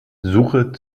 suche